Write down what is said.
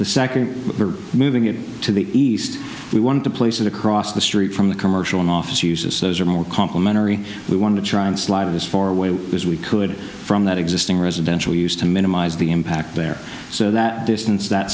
the second moving it to the east we want to place it across the street from the commercial office uses those are more complimentary we want to try and slide as far away as we could from that existing residential use to minimize the impact there so that distance that